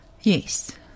Yes